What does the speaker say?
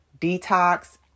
detox